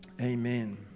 amen